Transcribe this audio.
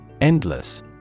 Endless